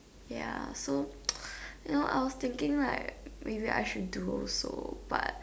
ya so you know I was thinking right maybe I should do also but